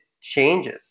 changes